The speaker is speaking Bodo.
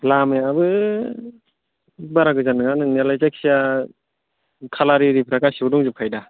लामायाबो बारा गोजान नङा नंनायालाय जायखिजाया कालार आरिफ्रा गासिबो दंजोबखायो दा